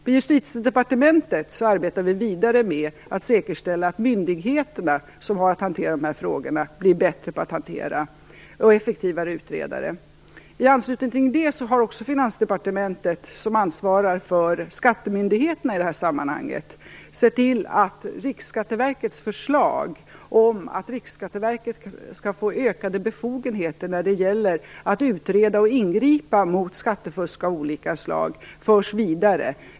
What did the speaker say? På Justitiedepartementet arbetar vi vidare med att säkerställa att myndigheterna, som har att hantera de här frågorna, blir bättre på att hantera dem och effektivare när det gäller att utreda dem. I anslutning till detta har också Finansdepartementet, som ansvarar för skattemyndigheterna i det här sammanhanget, sett till att Riksskatteverkets förslag om att Riksskatteverket skall få ökade befogenheter när det gäller att utreda och ingripa mot skattefusk av olika slag förs vidare.